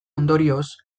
ondorioz